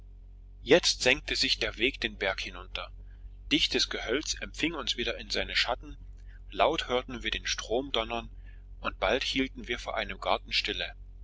jetzt senkte sich der weg den berg hinunter dichtes gehölz empfing uns wieder in seine schatten laut hörten wir den strom donnern und bald hielten wir vor einem garten